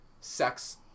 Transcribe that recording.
sex